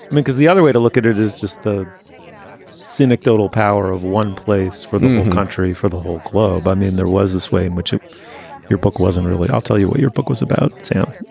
and because the other way to look at it is just the scenic total power of one place for the country, for the whole globe. i mean, there was this way in which your book wasn't really. i'll tell you what your book was about. so um